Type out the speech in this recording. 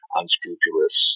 unscrupulous